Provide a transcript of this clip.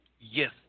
yes